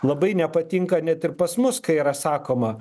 labai nepatinka net ir pas mus kai yra sakoma